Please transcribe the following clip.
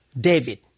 David